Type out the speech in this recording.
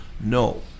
No